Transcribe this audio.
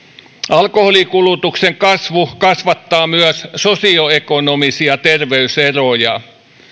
alkoholinkulutuksen kasvu kasvattaa myös sosioekonomisia terveyseroja